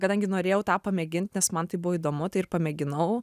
kadangi norėjau tą pamėgint nes man tai buvo įdomu tai ir pamėginau